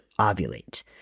ovulate